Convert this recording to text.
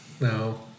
No